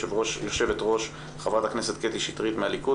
יושבת ראש חברת הכנסת קטי שטרית מהליכוד